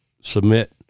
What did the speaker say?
submit